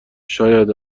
شاید